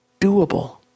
doable